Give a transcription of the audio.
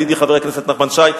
ידידי חבר הכנסת נחמן שי,